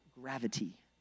gravity